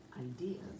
Ideas